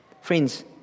Friends